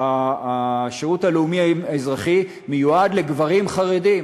השירות הלאומי האזרחי מיועד לגברים חרדים,